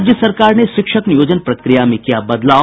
राज्य सरकार ने शिक्षक नियोजन प्रक्रिया में किया बदलाव